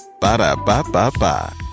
Ba-da-ba-ba-ba